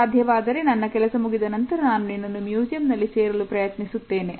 ಸಾಧ್ಯವಾದರೆ ನನ್ನ ಕೆಲಸ ಮುಗಿದ ನಂತರ ನಾನು ನಿನ್ನನ್ನು ಮ್ಯೂಸಿಯಂನಲ್ಲಿ ಸೇರಲು ಪ್ರಯತ್ನಿಸುತ್ತೇನೆ